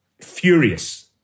furious